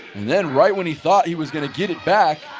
then right when he thought he was gonna get it back,